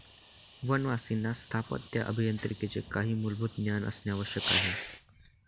वनवासींना स्थापत्य अभियांत्रिकीचे काही मूलभूत ज्ञान असणे आवश्यक आहे